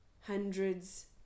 hundreds